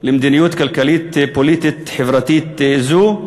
של מדיניות כלכלית פוליטית חברתית זו,